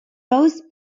roast